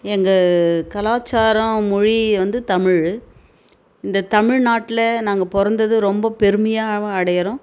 எங்கள் கலாச்சாரம் மொழி வந்து தமிழ் இந்த தமிழ்நாட்டில் நாங்கள் பிறந்தது ரொம்ப பெருமையாகவும் அடைகிறோம்